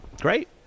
great